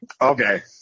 Okay